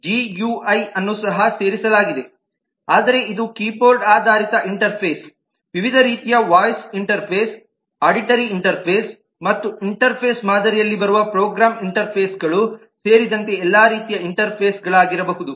GUI ಅನ್ನು ಸಹ ಸೇರಿಸಲಾಗಿದೆ ಆದರೆ ಇದು ಕೀಬೋರ್ಡ್ ಆಧಾರಿತ ಇಂಟರ್ಫೇಸ್ ವಿವಿಧ ರೀತಿಯ ವಾಯ್ಸ್ ಇಂಟರ್ಫೇಸ್ ಆಡಿಟರಿ ಇಂಟರ್ಫೇಸ್ ಮತ್ತು ಇಂಟರ್ಫೇಸ್ ಮಾದರಿಯಲ್ಲಿ ಬರುವ ಪ್ರೋಗ್ರಾಂ ಇಂಟರ್ಫೇಸ್ಗಳು ಸೇರಿದಂತೆ ಎಲ್ಲಾ ರೀತಿಯ ಇಂಟರ್ಫೇಸ್ಗಳಾಗಿರಬಹುದು